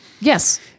Yes